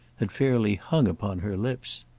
had fairly hung upon her lips.